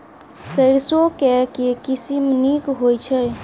सैरसो केँ के किसिम नीक होइ छै?